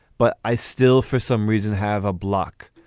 but i still for some reason have a block.